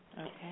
Okay